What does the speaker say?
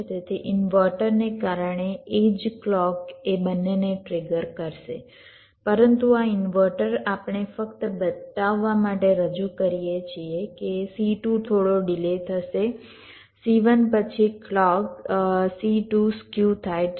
તેથી ઇન્વર્ટરને કારણે એ જ ક્લૉક એ બંનેને ટ્રિગર કરશે પરંતુ આ ઇન્વર્ટર આપણે ફક્ત બતાવવા માટે રજૂ કરીએ છીએ કે C2 થોડો ડિલે થશે C1 પછી ક્લૉક C2 સ્ક્યુ થાય છે